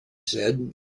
said